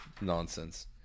nonsense